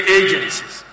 agencies